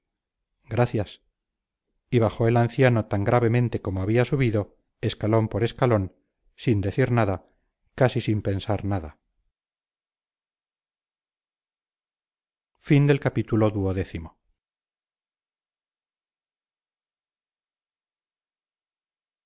gracias y bajó el anciano tan gravemente como había subido escalón por escalón sin decir nada casi sin pensar nada